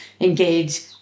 engage